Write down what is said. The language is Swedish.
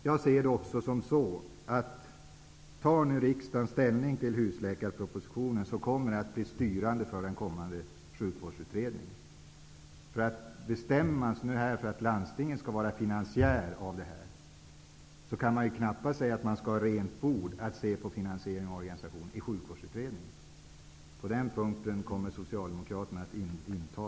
Jag ser det också som att det kommer att bli styrande för den kommande Sjukvårdsutredningen om riksdagen nu tar ställning till husläkarpropositionen. Genom att man bestämmer att Landstinget skall vara finansiär kan man knappast säga att det skall vara rent bord när Sjukvårdsutredningen ser på finansieringen och organisationen. Den ståndpunkten kommer Socialdemokraterna att inta.